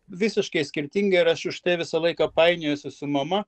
visiškai skirtingai ir aš už tai visą laiką painiojuosi su mama